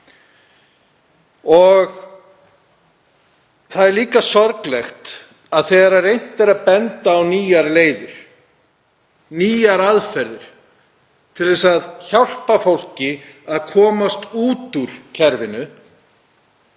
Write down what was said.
Það er líka sorglegt að þegar reynt er að benda á nýjar leiðir, nýjar aðferðir til að hjálpa fólki að komast út úr kerfinu,